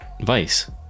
Vice